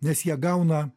nes jie gauna